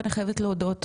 אני חייבת להודות,